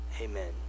Amen